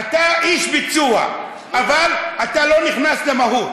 אתה איש ביצוע, אבל אתה לא נכנס למהות.